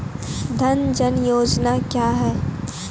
जन धन योजना क्या है?